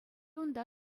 унта